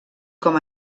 com